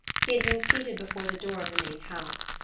he had been seated before the door of the main house.